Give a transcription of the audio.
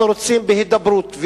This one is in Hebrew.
אנחנו רוצים בהידברות,